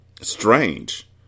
Strange